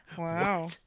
Wow